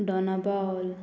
Dona Paula